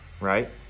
right